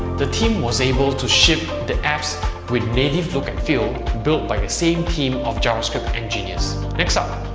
the team was able to ship the apps with native look and feel built by the same team of javascript engineers. next up,